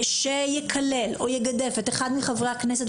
שיקלל או יגדף את אחד מחברי הכנסת,